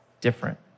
different